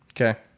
Okay